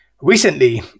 recently